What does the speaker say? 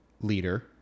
leader